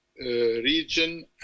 region